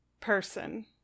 person